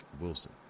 Wilson